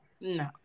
no